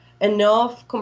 enough